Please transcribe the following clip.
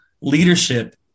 leadership